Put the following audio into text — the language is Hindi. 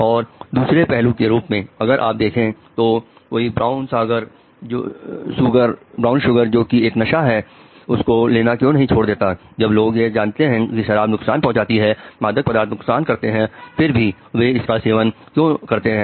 और दूसरे पहलू के रूप में अगर आप देखें तो ब्राउन सूगर जो कि एक नशा है उसको लेना क्यों नहीं छोड़ देता है जब लोग यह जानते हैं कि शराब नुकसान पहुंचाती है मादक पदार्थ नुकसान करते हैं फिर भी वे इसका सेवन क्यों करते हैं